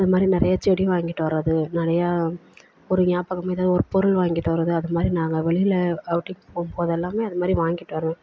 இது மாதிரி நிறையா செடி வாங்கிட்டு வர்றது நிறையா ஒரு ஞாபகமா இதே ஒரு பொருள் வாங்கிட்டு வர்றது அது மாதிரி நாங்கள் வெளியில் அவுட்டிங் போகும்போதெல்லாமே அது மாதிரி வாங்கிட்டு வருவோம்